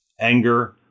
anger